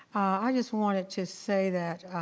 i just wanted to say that,